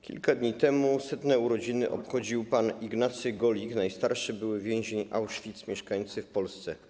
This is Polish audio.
Kilka dni temu 100. urodziny obchodził pan Ignacy Golik, najstarszy były więzień Auschwitz mieszkający w Polsce.